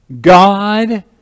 God